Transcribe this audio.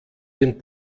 den